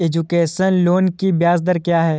Education loan की ब्याज दर क्या है?